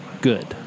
good